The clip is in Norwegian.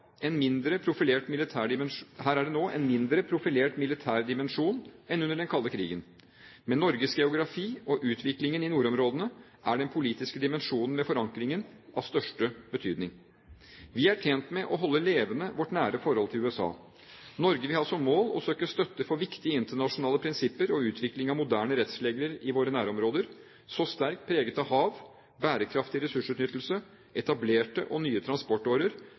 er det nå en mindre profilert militær dimensjon enn under den kalde krigen. Med Norges geografi og utviklingen i nordområdene er den politiske dimensjonen ved forankringen av største betydning. Vi er tjent med å holde levende vårt nære forhold til USA. Norge vil ha som mål å søke støtte for viktige internasjonale prinsipper og utvikling av moderne rettsregler i våre nærområder, så sterkt preget av hav – bærekraftig ressursutnyttelse, etablerte og nye transportårer